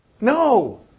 No